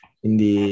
quindi